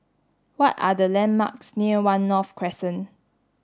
what are the landmarks near One North Crescent